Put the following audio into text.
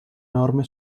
norme